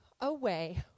away